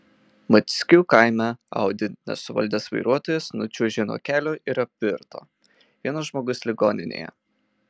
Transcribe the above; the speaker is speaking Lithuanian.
mackių kaime audi nesuvaldęs vairuotojas nučiuožė nuo kelio ir apvirto vienas žmogus ligoninėje